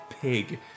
pig